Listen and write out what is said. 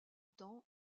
temps